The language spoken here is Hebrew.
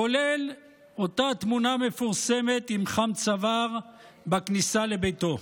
כולל אותה התמונה המפורסמת עם חם-צוואר בכניסה לביתו.